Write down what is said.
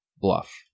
bluff